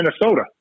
Minnesota